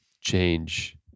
change